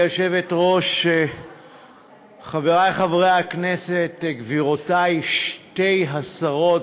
חברת הכנסת יעל כהן-פארן,